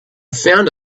found